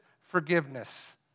forgiveness